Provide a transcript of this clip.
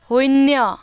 শূন্য